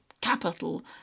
capital